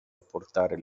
apportare